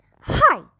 Hi